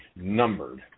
numbered